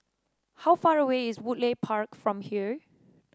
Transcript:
how far away is Woodleigh Park from here